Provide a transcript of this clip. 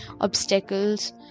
obstacles